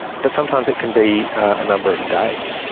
but sometimes it can be a number of days,